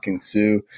sue